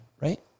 Right